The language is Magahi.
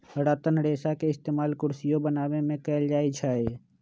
रतन रेशा के इस्तेमाल कुरसियो बनावे में कएल जाई छई